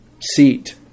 seat